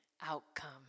outcome